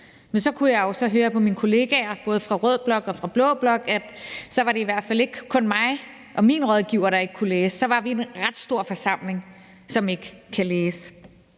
Men så kunne jeg jo så høre på mine kollegaer, både fra rød blok og fra blå blok, at det i hvert fald ikke kun var mig og min rådgiver, der ikke kunne læse. Så var vi en ret stor forsamling, som ikke kunne læse.